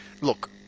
look